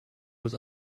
was